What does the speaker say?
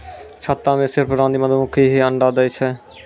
छत्ता मॅ सिर्फ रानी मधुमक्खी हीं अंडा दै छै